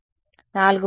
విద్యార్థి 4